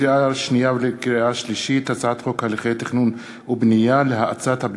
לקריאה שנייה ולקריאה שלישית: הצעת חוק הליכי